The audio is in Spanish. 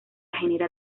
genera